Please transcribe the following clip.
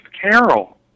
Carol